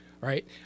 right